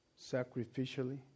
sacrificially